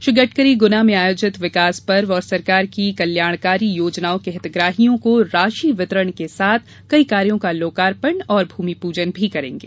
श्री गडकरी गुना में आयोजित विकास पर्व और सरकार की कल्याणकारी योजनाओं के हितग्राहियों को राशि वितरण के साथ कई कार्यों का लोकार्पण और भूमिपूजन भी करेंगे